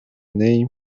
name